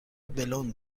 بلوند